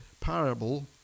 parable